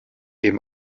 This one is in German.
dem